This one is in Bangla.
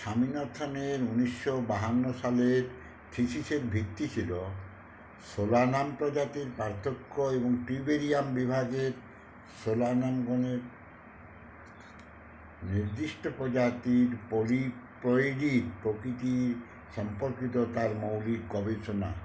স্বামীনাথানের উনিশশো বাহান্ন সালের থিসিসের ভিত্তি ছিলো সোলানাম প্রজাতির পার্থক্য এবং টিউবেরিয়াম বিভাগের সোলানাম গণের নির্দিষ্ট প্রজাতির পলিপ্লয়িডির প্রকৃতি সম্পর্কিত তার মৌলিক গবেষণা